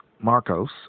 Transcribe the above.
Marcos